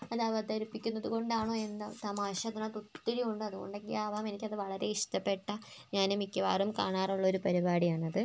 അത് അവതരിപ്പിക്കുന്നത് കൊണ്ടാണോ എന്തോ തമാശ അതിനകത്ത് ഒത്തിരി ഉണ്ട് അത് കൊണ്ടൊക്കെ ആകാം എനിക്ക് അത് വളരെ ഇഷ്ട്ടപ്പെട്ട ഞാൻ മിക്കവാറും കാണാറുള്ള ഒരു പരിപാടിയാണ് അത്